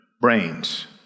brains